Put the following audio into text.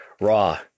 Raw